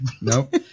Nope